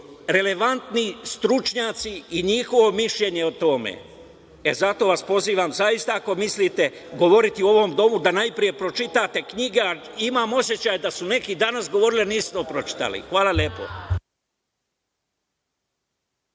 relevantni stručnjaci i njihovo mišljenje o tome. E, zato vas pozivam zaista ako mislite govoriti u ovom domu da najpre pročitate knjige, a imam osećaj da su neki danas govorili, a nisu to pročitali. Hvala lepo.